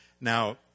Now